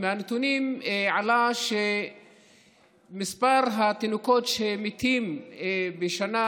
מהנתונים עלה שמספר התינוקות שמתים בשנה